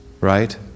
Right